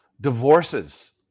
Divorces